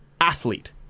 athlete